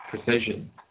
precision